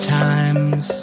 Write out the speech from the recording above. times